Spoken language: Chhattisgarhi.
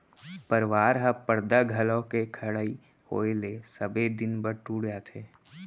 परवार ह परदा घलौ के खड़इ होय ले सबे दिन बर टूट जाथे